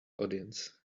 audience